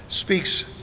speaks